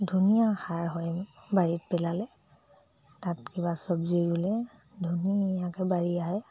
ধুনীয়া সাৰ হয় বাৰীত পেলালে তাত কিবা চব্জি ৰুলে ধুনীয়াকৈ বাঢ়ি আহে